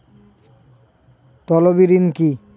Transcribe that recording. তলবি ঋণ কি?